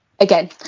again